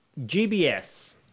GBS